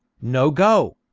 no go!